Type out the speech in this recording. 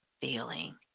feeling